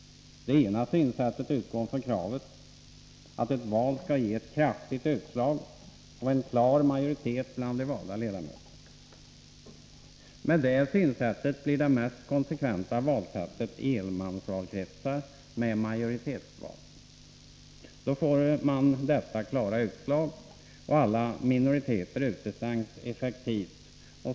Det ena synsättet utgår från kravet att ett val skall ge ett kraftigt utslag och en klar majoritet bland de valda ledamöterna. Med det synsättet blir det mest konsekventa valsättet enmansvalkretsar med majoritetsval. Då får man detta klara utslag, och alla minoriteter utestängs effektivt.